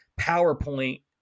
PowerPoint